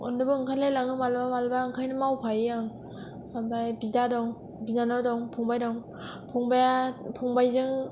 अननोबो ओंखारलायलाङो मालाबा मालाबा ओंखायनो मावफायो आं ओमफाय बिदा दं फंबाय दं बिनानाव दं फंबाया फंबायजों